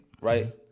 right